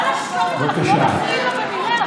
כל השקרים, אנחנו לא מפריעים לו במילה.